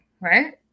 Right